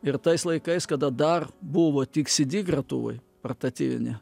ir tais laikais kada dar buvo tik cd gretuvai portatyvinė